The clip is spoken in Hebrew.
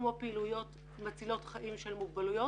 כמו פעילויות מצילות חיים של מוגבלויות.